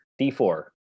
D4